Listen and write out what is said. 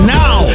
now